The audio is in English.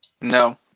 No